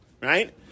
right